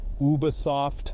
Ubisoft